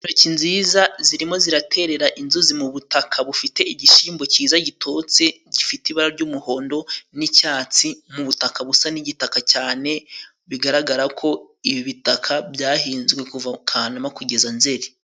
Intoki nziza zirimo ziraterera inzuzi mu butaka bufite igishimbo cyiza gitotse, gifite ibara ry'umuhondo n'icyatsi mu butaka busa n'igitaka cyane, bigaragara ko ibi bitaka byahinzwe kuva kanama kugeza nzeri.